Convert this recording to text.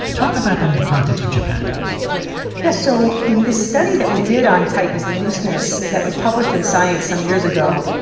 talk about that in the context of japan yeah, so in this study that we did on tightness and looseness that was published in science some years ago,